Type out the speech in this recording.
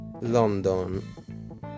London